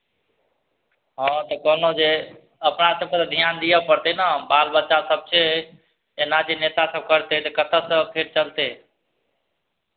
हँ तऽ कहलहुँ जे अपना सभकेँ तऽ ध्यान दिअ पड़तै ने बाल बच्चासभ छै एना जे नेतासभ करतै तऽ कतयसँ फेर चलतै